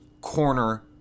corner